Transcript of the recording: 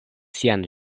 sian